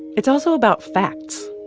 it's also about facts,